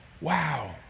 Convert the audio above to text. Wow